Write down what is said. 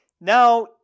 Now